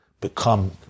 become